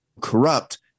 corrupt